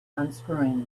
unscrewing